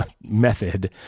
method